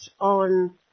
on